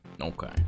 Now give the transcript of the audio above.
Okay